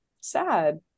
sad